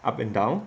up and down